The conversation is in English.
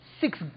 six